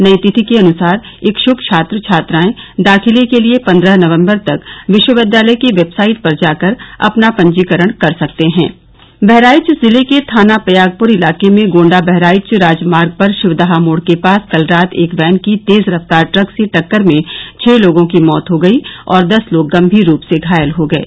नई तिथि के अनुसार इच्छुक छात्र छात्राए दाखिले के लिए पन्द्रह नवंबर तक विश्वविद्यालय की वेबसाइट पर जाकर अपना पंजीकरण कर सकते हैँ बहराइच जिले के थाना पयागपुर इलाके में गोण्डा बहराइच राजमार्ग पर शिवदहा मोड़ के पास कल रात एक वैन की तेज रफ्तार ट्रक से टक्कर में छः लोगों की मौत हो गयी और दस लोग गम्मीर रूप से घायल हो गये